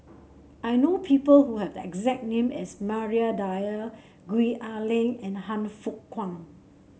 I know people who have the exact name as Maria Dyer Gwee Ah Leng and Han Fook Kwang